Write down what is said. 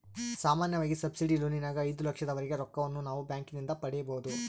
ಸಾಮಾನ್ಯವಾಗಿ ಸಬ್ಸಿಡಿ ಲೋನಿನಗ ಐದು ಲಕ್ಷದವರೆಗೆ ರೊಕ್ಕವನ್ನು ನಾವು ಬ್ಯಾಂಕಿನಿಂದ ಪಡೆಯಬೊದು